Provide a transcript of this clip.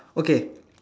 okay